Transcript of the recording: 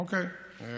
אוקיי.